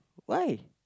why